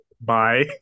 Bye